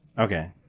Okay